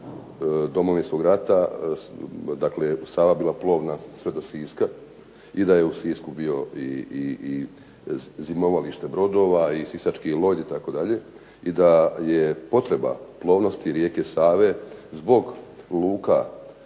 prije Domovinskog rata Sava bila plovna sve do Siska i da je u Sisku bilo i zimovalište brodova i sisački .../Govornik se ne razumije./... itd. i da je potreba plovnosti rijeke Save zbog luka